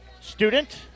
student